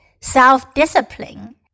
self-discipline